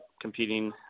competing